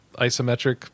isometric